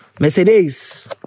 Mercedes